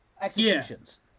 Executions